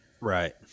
Right